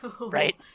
Right